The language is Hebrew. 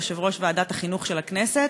יושב-ראש ועדת החינוך של הכנסת,